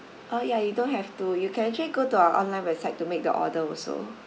orh ya you don't have to you can actually go to our online website to make the order also